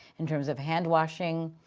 in terms of hand-washing,